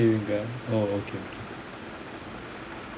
எங்க:enga oh okay